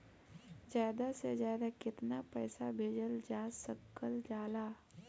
ज्यादा से ज्यादा केताना पैसा भेजल जा सकल जाला?